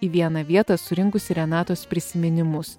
į vieną vietą surinkusi renatos prisiminimus